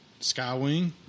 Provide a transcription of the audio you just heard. Skywing